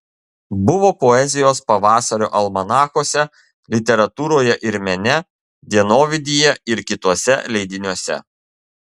buvo poezijos pavasario almanachuose literatūroje ir mene dienovidyje ir kituose leidiniuose